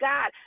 God